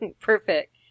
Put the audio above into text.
Perfect